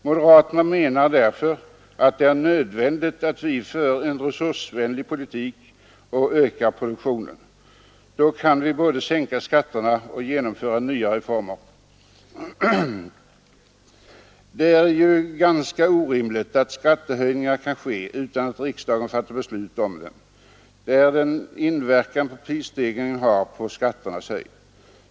Moderaterna menar att det är nödvändigt att vi för en resursvänlig politik för att öka produktionen. Då kan vi både sänka skatterna och genomföra nya reformer. Det är ju ganska orimligt att skattehöjningar kan ske utan att riksdagen fattat beslut om dem. Det är den inverkan prisstegringarna har på skatternas höjd.